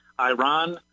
Iran